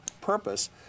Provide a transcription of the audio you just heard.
purpose